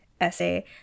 essay